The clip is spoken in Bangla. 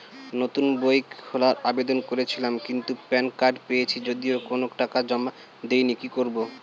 নতুন বই খোলার আবেদন করেছিলাম কিন্তু প্যান কার্ড পেয়েছি যদিও কোনো টাকা জমা দিইনি কি করব?